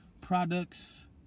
products